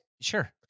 Sure